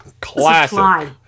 Classic